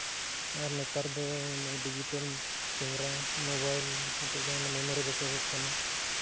ᱟᱨ ᱱᱮᱛᱟᱨ ᱫᱚ ᱚᱱᱟ ᱰᱤᱡᱤᱴᱟᱞ ᱠᱮᱢᱮᱨᱟ ᱢᱳᱵᱟᱭᱤᱞ ᱱᱤᱛᱚᱜ ᱫᱚ ᱢᱮᱢᱳᱨᱤ ᱨᱮᱜᱮ ᱥᱮᱵᱷᱚᱜ ᱠᱟᱱᱟ